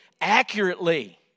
accurately